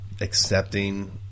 accepting